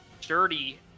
dirty